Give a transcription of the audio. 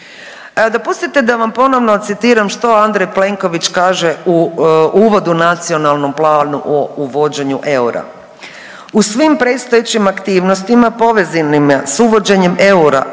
Dopustite da vam ponovno citiram što Andrej Plenković kaže u uvodu u Nacionalnom planu o uvođenju eura.